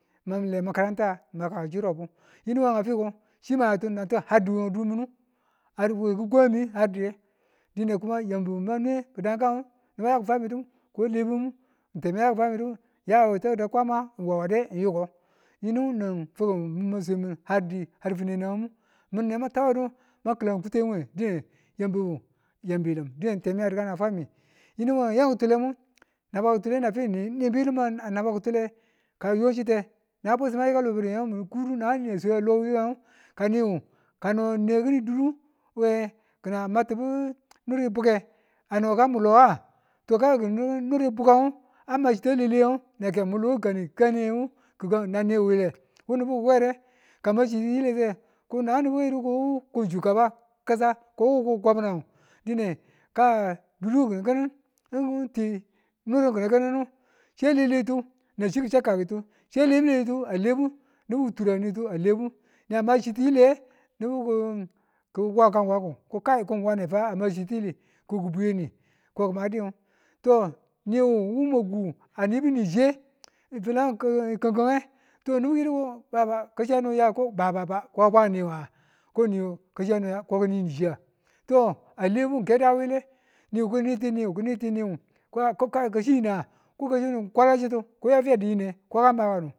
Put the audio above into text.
Min mlle makaranka mi maka harji yirau yinu we nga fiko chima yawe fiko nan chi we durhunu we har di kikwamemi har diye dine kuma yambibu manwe nibu yaki fwamidu ko a lebembu temi yaki fwami dembu miyawe takaba kwama waw wade yiko yinu nan fukum mu ma swemine har di har fingenangebu min hema man kilan kuten we dine yambibu yam bilim temi a a fwami yinu we a yam kitulemu nakitule nanfi ni nin bilim a naba kitule a nyo chite kan ngu bwesimu a yikalobri ye mun kudu kaan nan swe we loniye kaniwu anewe kini duruwe kina matibu niri buke ano ka mulowa? to kan ngu kina yo niru kangngu ama chita lele ngu nake a mulongi kenekenewu wu nibu ki were kamu ma chi tiyiliye nibu kayidu ko sugaban kasa kowu ko goma ko dura kini kinin duti niru kini kinindu nan chi ki chaukaketu, chi lebuletu alebu nibu ki tura nitu alebu nibu kiwanka wanku ko kai wane fa ama chi tili koki bwiyeni ko ki mayin toniwu wu mwaku anibu nichiye kanki kingkinge nibu kiyidiko baba baba ka abwan niwa ko kininichiya, to alebu ng ke da wile to niwu kinitu niwu kokai ko kasi niwa ko kasino mu kwala chitu yafi adi yinne ka makandu